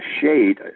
shade